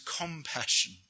compassion